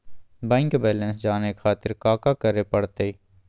Bank balance जाने खातिर काका करे पड़तई?